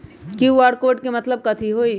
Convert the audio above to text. QR code के मतलब कथी होई?